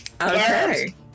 Okay